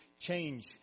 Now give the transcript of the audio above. change